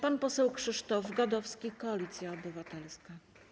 Pan poseł Krzysztof Gadowski, Koalicja Obywatelska.